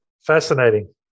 Fascinating